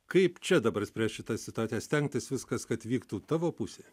kaip čia dabar spręst šitas situacijas stengtis viskas kad vyktų tavo pusėje